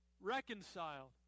reconciled